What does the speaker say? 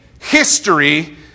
history